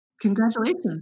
Congratulations